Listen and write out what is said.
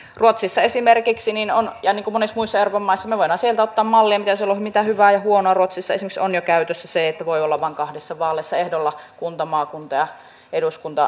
ruotsissa esimerkiksi on niin kuin monissa muissa euroopan maissa me voimme sieltä ottaa mallia mitä siellä on mitä hyvää ja huonoa jo käytössä se että voi olla vain kahdessa vaalissa ehdolla kunta maakunta ja eduskuntatasolla